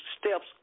steps